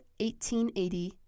1880